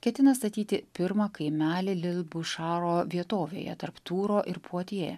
ketina statyti pirmą kaimelį lil bušaro vietovėje tarp tūro ir puatjė